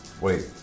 Wait